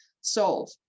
solve